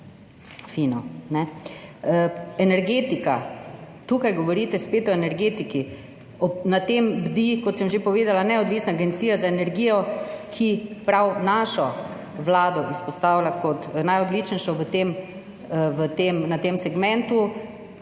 fino. Energetika, tukaj govorite spet o energetiki. Nad tem bdi, kot sem že povedala, neodvisna Agencija za energijo, ki prav našo vlado izpostavlja kot najodličnejšo na tem segmentu.